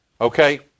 Okay